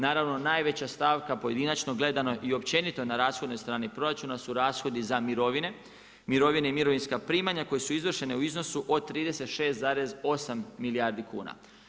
Naravno najveća stavka pojedinačno gledano i općenito na rashodnoj strani proračuna su rashodi za mirovine, mirovine i mirovinska primanja koja su izvršena u iznosu od 36,8 milijardi kuna.